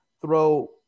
throw